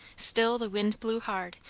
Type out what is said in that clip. still the wind blew hard,